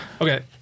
Okay